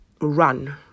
run